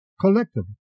collectively